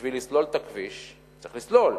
בשביל לסלול את הכביש, צריך לסלול.